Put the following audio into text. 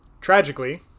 Tragically